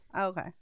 Okay